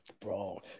Bro